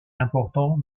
important